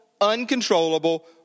uncontrollable